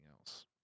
else